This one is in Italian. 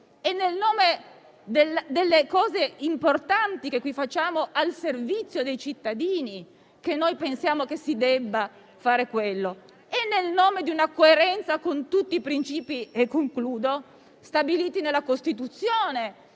è nel nome delle cose importanti che facciamo al servizio dei cittadini che pensiamo che si debba fare quello; è nel nome di una coerenza con tutti i principi stabiliti nella Costituzione